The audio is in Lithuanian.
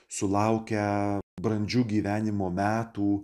sulaukę brandžių gyvenimo metų